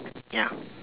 ya